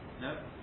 No